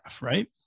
right